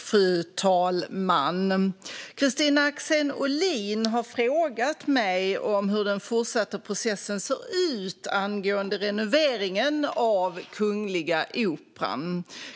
Fru talman! Kristina Axén Olin har frågat mig hur den fortsatta processen ser ut angående renoveringen av Kungliga Operan.